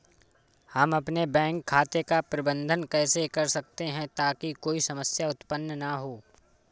हम अपने बैंक खाते का प्रबंधन कैसे कर सकते हैं ताकि कोई समस्या उत्पन्न न हो?